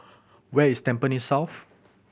where is Tampines South